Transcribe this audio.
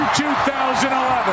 2011